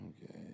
Okay